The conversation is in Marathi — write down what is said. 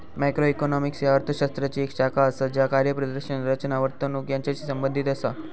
मॅक्रोइकॉनॉमिक्स ह्या अर्थ शास्त्राची येक शाखा असा ज्या कार्यप्रदर्शन, रचना, वर्तणूक यांचाशी संबंधित असा